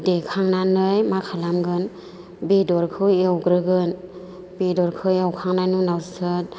देखांनानै मा खालामगोन बेदरखौ एवग्रोगोन बेदरखौ एवखांनायनि उनावसो